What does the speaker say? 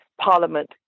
Parliament